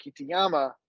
Kitayama